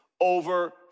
over